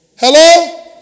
Hello